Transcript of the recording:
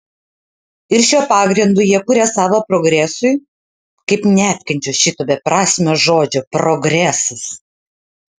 ir šiuo pagrindu jie kuria savo progresui kaip neapkenčiu šito beprasmio žodžio progresas